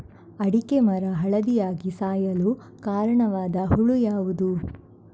ಅಡಿಕೆ ಮರ ಹಳದಿಯಾಗಿ ಸಾಯಲು ಕಾರಣವಾದ ಹುಳು ಯಾವುದು?